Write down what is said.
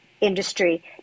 industry